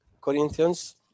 Corinthians